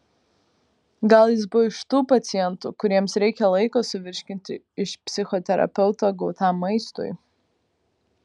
gal jis buvo iš tų pacientų kuriems reikia laiko suvirškinti iš psichoterapeuto gautam maistui